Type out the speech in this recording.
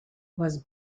was